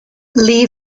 lee